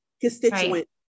constituents